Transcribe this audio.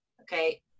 Okay